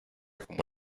como